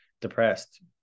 depressed